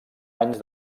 anys